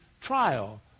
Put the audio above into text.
trial